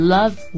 Love